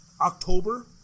October